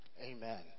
Amen